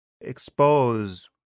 expose